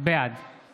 בעד מכלוף